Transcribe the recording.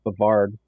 Bavard